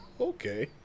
okay